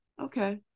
Okay